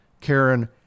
Karen